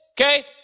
Okay